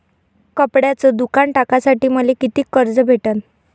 कपड्याचं दुकान टाकासाठी मले कितीक कर्ज भेटन?